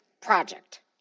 project